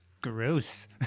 Gross